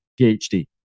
PhD